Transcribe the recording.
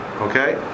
Okay